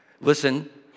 Listen